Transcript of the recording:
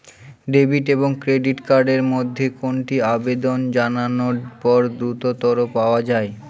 Debit এবং credit card এর মধ্যে কোনটি আবেদন জানানোর পর দ্রুততর পাওয়া য়ায়?